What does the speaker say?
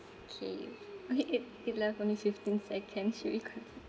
okay okay it it left only fifteen second should we quit